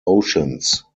oceans